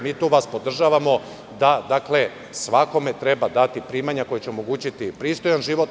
Mi vas tu podržavamo, da treba svakome dati primanja koja će omogućiti pristojan život.